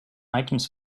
items